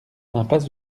impasse